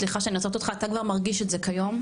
סליחה שאני עוצרת אותך, אתה כבר מרגיש את זה כיום?